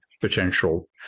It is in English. potential